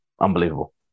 unbelievable